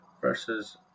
versus